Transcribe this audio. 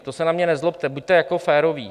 To se na mě nezlobte, buďte jako féroví.